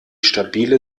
stabile